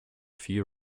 few